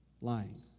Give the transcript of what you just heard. lying